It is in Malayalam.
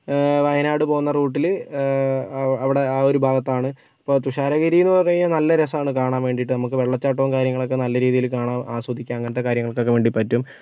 വയനാട് പോകുന്ന റൂട്ടില് അവിടെ ആ ഒരു ഭാഗത്താണ് ഇപ്പം തുഷാര ഗിരി എന്ന് പറഞ്ഞ് കഴിഞ്ഞാൽ നല്ല രസമാണ് കാണാൻ വേണ്ടിയിട്ട് നമുക്ക് വെള്ള ചാട്ടം കാര്യങ്ങള് ഒക്കെ നല്ല രീതിയിൽ കാണാം ആസ്വദിക്കാം അങ്ങനത്തെ കാര്യങ്ങൾക്ക് ഒക്കെ വേണ്ടി പറ്റും